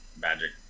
Magic